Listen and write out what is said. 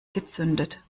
gezündet